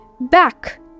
back